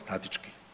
Statički.